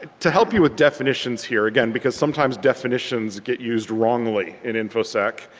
to help you with definitions here again because sometimes definitions get used wrongly in infosec,